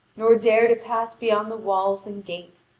nor dare to pass beyond the walls and gate.